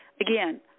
Again